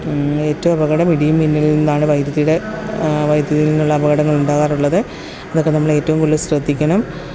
ഏറ്റവും അപകടം ഇടിയും മിന്നലിൽ നിന്നാണ് വൈദ്യുതിയുടെ വൈദ്യുതിയിൽ നിന്നുള്ള അപടങ്ങൾ ഉണ്ടാകാറുള്ളത് അതൊക്കെ നമ്മൾ ഏറ്റവും കൂടുതൽ ശ്രദ്ധിക്കണം